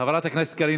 חברת הכנסת קארין